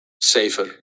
safer